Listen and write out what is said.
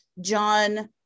John